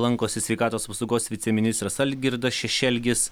lankosi sveikatos apsaugos viceministras algirdas šešelgis